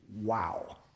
Wow